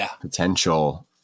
potential